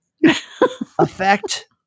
effect